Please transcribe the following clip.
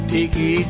Tiki